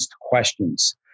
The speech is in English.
questions